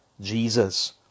Jesus